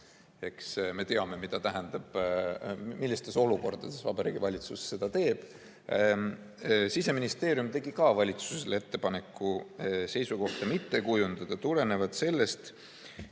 Eks me teame, millistes olukordades Vabariigi Valitsus seda teeb. Siseministeerium tegi valitsusele ettepaneku seisukohta mitte kujundada tulenevalt sellest: